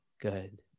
good